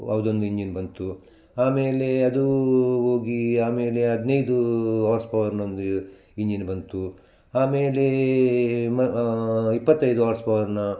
ಅದೊಂದು ಇಂಜಿನ್ ಬಂತು ಆಮೇಲೆ ಅದೂ ಹೋಗಿ ಆಮೇಲೆ ಹದಿನೈದು ಆರ್ಸ್ ಪವರಿನ್ ಒಂದು ಇಂಜಿನ್ ಬಂತು ಆಮೇಲೆ ಮ ಇಪ್ಪತ್ತೈದು ಹಾರ್ಸ್ ಪವರಿನ